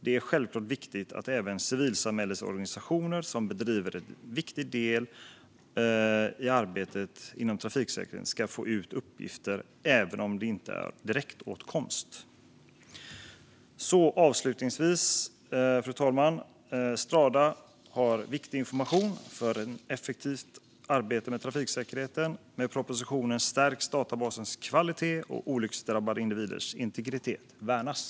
Det är självklart viktigt att även civilsamhällesorganisationer som bedriver ett viktigt arbete inom trafiksäkerhet kan få ut uppgifter även om de inte har direktåtkomst till databasen. Fru talman! Strada innehåller viktig information för att ett effektivt arbete med trafiksäkerheten ska kunna göras. Med förslaget i propositionen stärks databasens kvalitet, och olycksdrabbade individers integritet värnas.